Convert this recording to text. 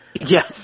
Yes